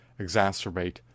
exacerbate